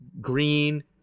Green